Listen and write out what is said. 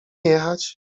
jechać